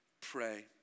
pray